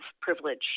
privilege